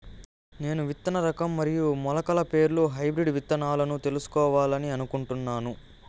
నేను విత్తన రకం మరియు మొలకల పేర్లు హైబ్రిడ్ విత్తనాలను తెలుసుకోవాలని అనుకుంటున్నాను?